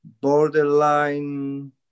borderline